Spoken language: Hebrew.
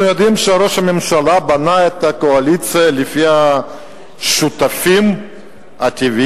אנחנו יודעים שראש הממשלה בנה את הקואליציה לפי השותפים הטבעיים,